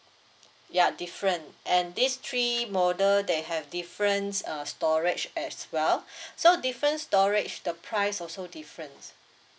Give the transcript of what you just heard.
ya different and this three model they have different err storage as well so different storage the price also different